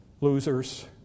Losers